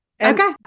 Okay